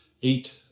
eat